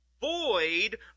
void